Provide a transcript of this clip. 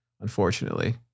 unfortunately